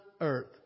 earth